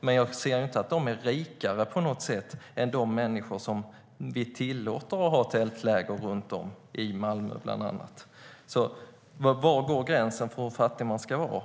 Men jag tror inte att de är rikare än de människor som vi tillåter att ha tältläger runt om i Malmö bland annat.